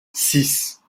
six